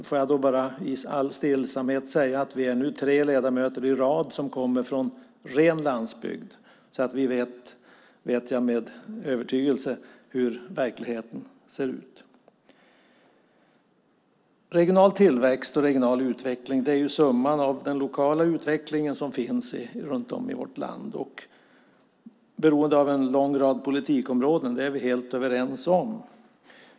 Får jag bara i all stillsamhet säga att vi är tre talare i rad som kommer från ren landsbygd, så vi vet med övertygelse hur verkligheten ser ut. Regional tillväxt och utveckling är summan av den lokala utvecklingen i vårt land och beroende av en lång rad politikområden, det är vi helt överens om.